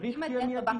צריך שיהיה מיידי?